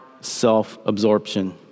self-absorption